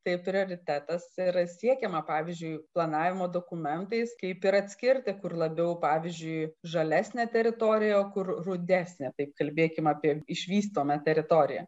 tai prioritetas yra siekiama pavyzdžiui planavimo dokumentais kaip ir atskirti kur labiau pavyzdžiui žalesnę teritoriją kur rudesnė tai kalbėkime apie išvystomą teritoriją